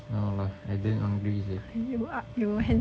no lah I damn ugly leh